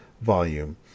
volume